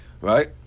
Right